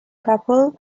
couples